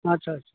ᱟᱪᱪᱷᱟ ᱟᱪᱪᱷᱟ